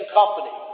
company